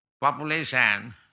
population